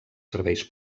serveis